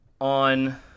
on